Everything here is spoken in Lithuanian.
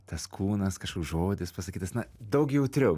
tas kūnas kažkoks žodis pasakytas na daug jautriau